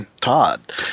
Todd